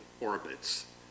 orbits